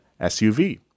SUV